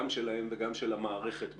גם שלהם וגם של המערכת בהמשך.